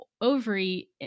ovary